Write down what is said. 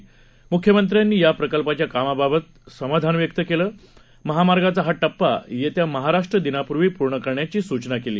म्ख्यमंत्र्यांनीयाप्रकल्पाच्याकामाबाबतसमाधानव्यक्तकरतमहामार्गाचाहाटप्पायेत्यामहारा ष्ट्रदिनापूर्वीपूर्णकरण्याचीसूचनाकेली